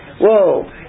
Whoa